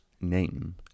name